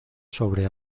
sobre